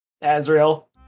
Azrael